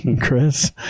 Chris